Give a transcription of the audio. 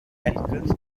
falcons